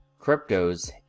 cryptos